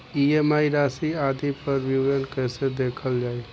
EMI राशि आदि पर विवरण कैसे देखल जाइ?